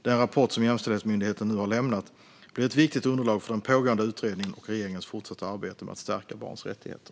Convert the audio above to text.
Den rapport som Jämställdhetsmyndigheten nu har lämnat blir ett viktigt underlag för den pågående utredningen och regeringens fortsatta arbete med att stärka barns rättigheter.